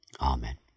Amen